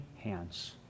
hands